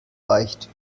reicht